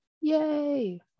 yay